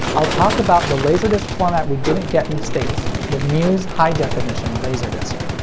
i'll talk about the laserdisc format we didn't get in the states the muse high definition laserdisc.